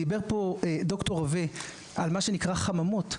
דיבר פה דוקטור רווה על מה שנקרא חממות,